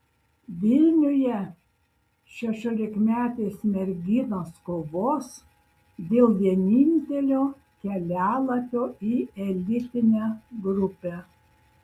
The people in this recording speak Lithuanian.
vilniuje šešiolikmetės merginos kovos dėl vienintelio kelialapio į elitinę grupę